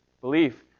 belief